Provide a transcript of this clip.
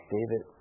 David